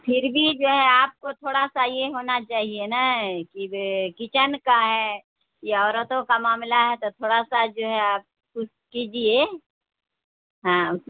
پھر بھی جو ہے آپ کو تھوڑا سا یہ ہونا چاہیے نا کہ کچن کا ہے یا عورتوں کا معاملہ ہے تو تھوڑا سا جو ہے آپ کچھ کیجیے ہاں